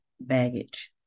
baggage